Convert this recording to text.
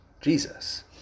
Jesus